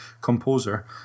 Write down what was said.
composer